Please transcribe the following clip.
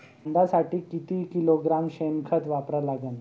कांद्यासाठी किती किलोग्रॅम शेनखत वापरा लागन?